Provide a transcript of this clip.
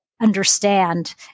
understand